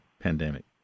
pandemic